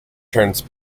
turns